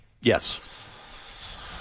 Yes